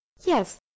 yes